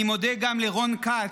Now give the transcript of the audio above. אני מודה גם לרון כץ,